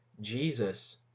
Jesus